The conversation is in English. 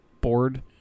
board